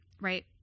right